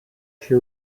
she